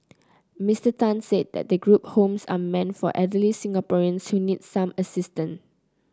Mister Tan said the group homes are meant for elderly Singaporeans who need some assistance